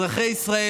אזרחי ישראל,